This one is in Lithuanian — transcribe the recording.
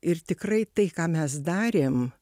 ir tikrai tai ką mes darėm